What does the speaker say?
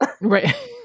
right